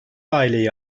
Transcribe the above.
aileyi